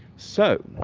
so